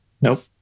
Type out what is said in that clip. Nope